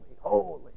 holy